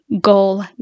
goal